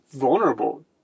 vulnerable